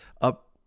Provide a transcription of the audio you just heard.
up